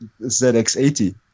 ZX80